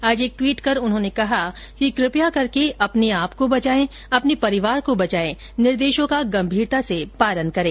आज एक ट्वीट कर उन्होंने कहा कि कृपया करके अपने आप को बचाएं अपने परिवार को बचाएं निर्देशों का गंभीरता से पालन करें